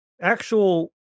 actual